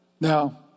Now